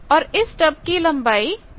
और इस स्टब की लंबाई L है